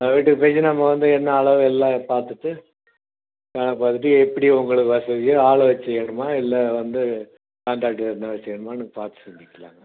வீட்டுக்கு போயிவிட்டு நம்ப வந்து என்ன அளவு எல்லாம் பார்த்துட்டு பிளானை பார்த்துட்டு எப்படி உங்களுக்கு வசதியோ ஆளை வச்சு செய்யனுமா இல்லை வந்து கான்ட்ராக்டர் இது மாதிரி செய்யனுமான்னு பார்த்து செஞ்சுக்கலாங்க